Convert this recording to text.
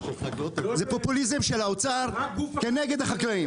זה פופוליזם של האוצר כנגד החקלאים.